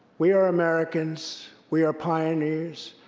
we are americans. we are pioneers.